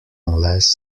unless